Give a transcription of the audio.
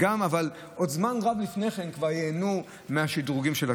אבל עוד זמן רב לפני כן כבר ייהנו מהשדרוגים של הכביש.